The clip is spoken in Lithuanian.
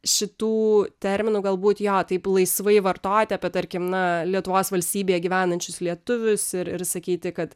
šitų terminų galbūt jo taip laisvai vartoti apie tarkim na lietuvos valstybėje gyvenančius lietuvius ir ir sakyti kad